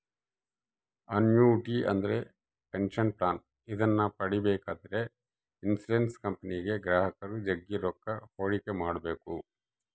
annuity ಅಂದ್ರೆ pension plan ಇದನ್ನ ಪಡೆಬೇಕೆಂದ್ರ ಇನ್ಶುರೆನ್ಸ್ ಕಂಪನಿಗೆ ಗ್ರಾಹಕರು ಜಗ್ಗಿ ರೊಕ್ಕ ಹೂಡಿಕೆ ಮಾಡ್ಬೇಕು